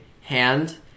hand